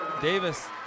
Davis